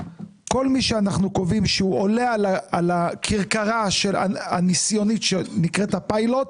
כל מי שאנחנו קובעים שהוא עולה על הכרכרה הניסיונית שנקראת הפיילוט,